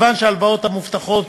עכשיו אנחנו עוברים להצעת חוק המשכון,